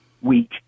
week